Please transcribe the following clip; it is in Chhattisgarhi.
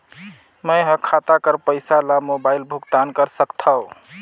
मैं ह खाता कर पईसा ला मोबाइल भुगतान कर सकथव?